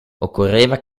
occorreva